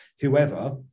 whoever